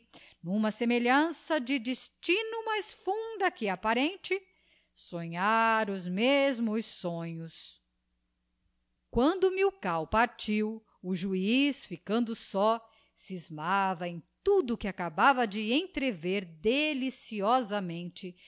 n'uma semelhança de destino mais funda que apparente sonhar os mesmos sonhos quando milkau partiu o juiz ficando só scismava em tudo o que acabava de entrever deliciosamente